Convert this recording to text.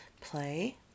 play